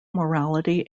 morality